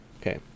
Okay